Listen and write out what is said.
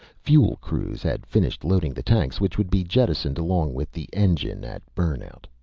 fuel crews had finished loading the tanks which would be jettisoned along with the engine at burn-out.